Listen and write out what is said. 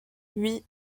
oui